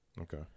Okay